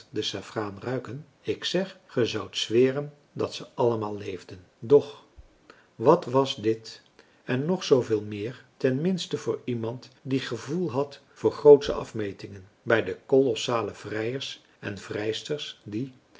de saffraan ruiken ik zeg ge zoudt zweren dat ze allemaal leefden doch wat was dit en nog zooveel meer ten minste voor iemand die gevoel had voor françois haverschmidt familie en kennissen grootsche afmetingen bij de kolossale vrijers en vrijsters die